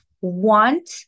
want